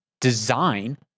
design